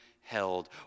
held